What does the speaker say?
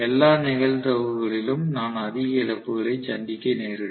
எல்லா நிகழ்தகவுகளிலும் நான் அதிக இழப்புகளை சந்திக்க நேரிடும்